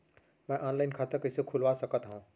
मैं ऑनलाइन खाता कइसे खुलवा सकत हव?